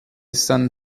cent